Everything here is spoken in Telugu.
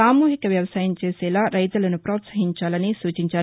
సామూహిక వ్యవసాయం చేసేలా రైతులను ప్రోత్సహించాలని సూచించారు